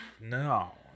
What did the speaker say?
No